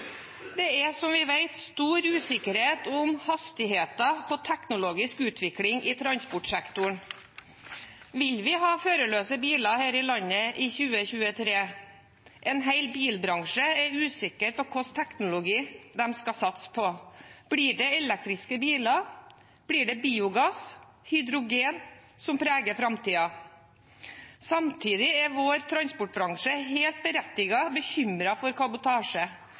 Det er, som vi vet, stor usikkerhet om hastigheten på teknologisk utvikling i transportsektoren. Vil vi ha førerløse biler her i landet i 2023? En hel bilbransje er usikker på hvilken teknologi de skal satse på. Blir det elektriske biler? Blir det biogass, hydrogen, som preger framtiden? Samtidig er vår transportbransje helt berettiget bekymret for kabotasje.